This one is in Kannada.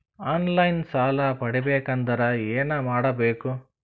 ಆನ್ ಲೈನ್ ಸಾಲ ಪಡಿಬೇಕಂದರ ಏನಮಾಡಬೇಕು?